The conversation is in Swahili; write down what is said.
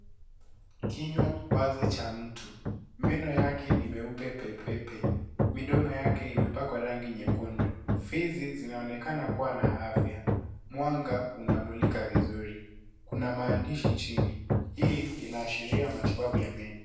Kinywa wazi cha mtu. Meno yake ni meupe pepepe. Midomo yake imepakwa rangi nyekundu. Fizi zinaonekana kuwa na afya. Mwanga unamulika vizuri. Kuna maandishi chini. Hii inaashiria matibabu ya meno.